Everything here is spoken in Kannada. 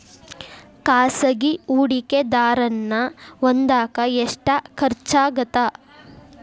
ಖಾಸಗಿ ಹೂಡಕೆದಾರನ್ನ ಹೊಂದಾಕ ಎಷ್ಟ ಖರ್ಚಾಗತ್ತ